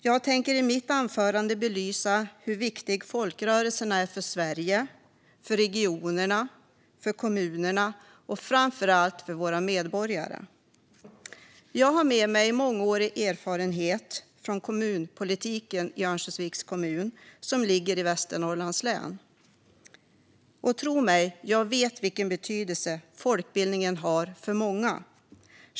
Jag tänker i mitt anförande belysa hur viktiga folkrörelserna är för Sverige, för regionerna, för kommunerna och framför allt för våra medborgare. Jag har med mig mångårig erfarenhet från kommunpolitiken i Örnsköldsviks kommun, som ligger i Västernorrlands län. Tro mig - jag vet vilken betydelse folkbildningen har för många.